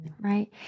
right